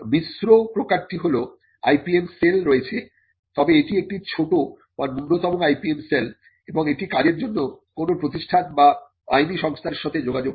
মিশ্র প্রকারটি হল IPM cell রয়েছে তবে এটি একটি ছোট বা ন্যূনতম IPM সেল এবং এটি কাজের জন্য কোন প্রতিষ্ঠান বা আইনি সংস্থার সঙ্গে যোগাযোগ করে